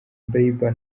bieber